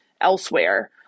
elsewhere